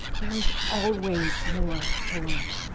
there is always more to learn.